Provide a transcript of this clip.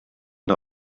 der